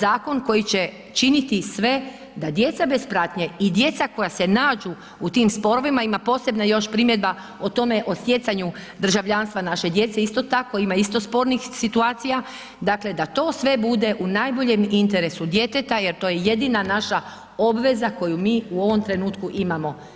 zakon koji će činiti sve da djeca bez pratnje i djeca koja se nađu u tim sporovima, ima posebno još primjedba od tome, o stjecanju državljanstva naše djece, isto tako, ima isto spornih situacija, dakle da to sve bude u najboljem interesu djeteta jer to je jedina naša obveza koju mi u ovom trenutku imamo.